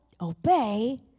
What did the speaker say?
obey